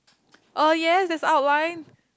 oh yes is outlined